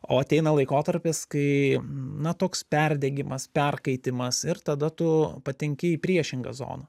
o ateina laikotarpis kai na toks perdegimas perkaitimas ir tada tu patenki į priešingą zoną